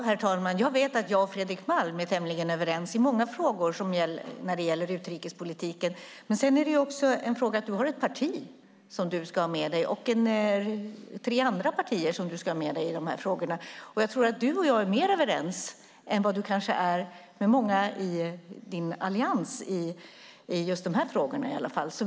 Herr talman! Jag vet att jag och du, Fredrik Malm, är tämligen överens i många frågor som gäller utrikespolitiken, men du ska ju ha med dig ditt parti och tre andra partier i de här frågorna. Du och jag är nog mer överens än vad du är med många i Alliansen när det gäller de här frågorna.